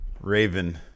Raven